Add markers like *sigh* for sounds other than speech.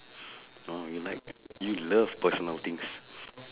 *breath* oh you like you love personal things